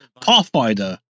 Pathfinder